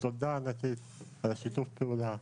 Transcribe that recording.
תודה ענקית על שיתוף הפעולה,